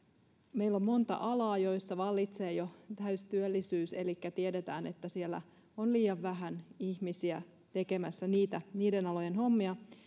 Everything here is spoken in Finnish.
meillä on monta alaa joilla vallitsee jo täystyöllisyys elikkä tiedetään että siellä on liian vähän ihmisiä tekemässä niiden alojen hommia